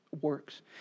works